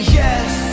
yes